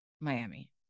Miami